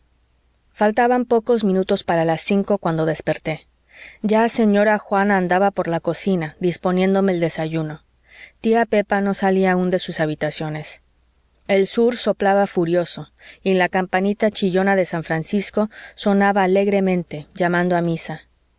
faltaban pocos minutos para las cinco cuando desperté ya señora juana andaba por la cocina disponiéndome el desayuno tía pepa no salía aún de sus habitaciones el sur soplaba furioso y la campanita chillona de san francisco sonaba alegremente llamando a misa